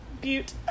Butte